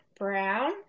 brown